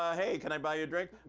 ah hey, can i buy you a drink?